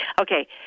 Okay